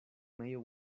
medio